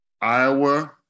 Iowa